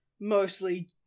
mostly